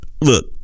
look